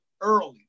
early